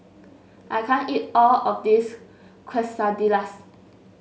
I can't eat all of this Quesadillas